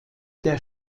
der